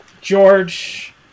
George